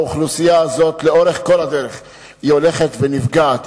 האוכלוסייה הזאת לאורך כל הדרך הולכת ונפגעת,